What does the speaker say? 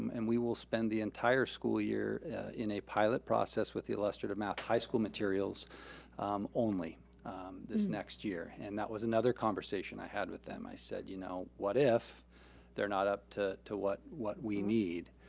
and we will spend the entire school year in a pilot process with the illustrative math high school materials only this next year. and that was another conversation i had with them. i said, you know what if they're not up to to what what we need?